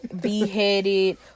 beheaded